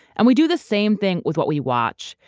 and we do the same thing with what we watch.